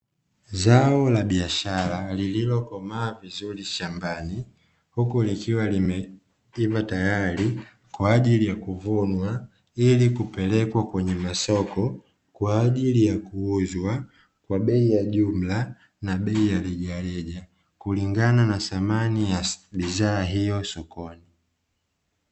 Zao la biashara lililokomaa vizuri shambani, huku likiwa limeiva tayari kwa ajili ya kuvunwa ili kupelekwa kwenye masoko kwa ajili ya kuuzwa kwa bei ya jumla na bei ya rejareja; kulingana na thamani ya bidhaa hiyo sokoni.